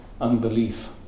unbelief